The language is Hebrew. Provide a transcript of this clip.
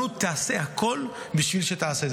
באופן מסודר, הרבנות תעשה הכול בשביל זה.